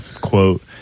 quote